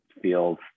feels